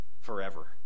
forever